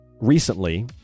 recently